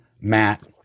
Matt